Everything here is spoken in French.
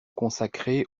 consacrée